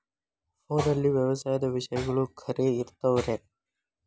ಫೋನಲ್ಲಿ ವ್ಯವಸಾಯದ ವಿಷಯಗಳು ಖರೇ ಇರತಾವ್ ರೇ?